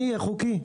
אני חוקי,